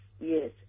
Yes